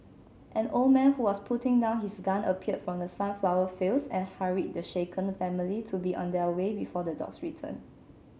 an old man who was putting down his gun appeared from the sunflower fields and hurried the shaken family to be on their way before the dogs return